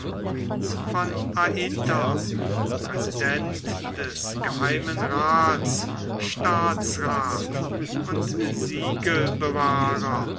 von aytta präsident des geheimen raths staatsrath und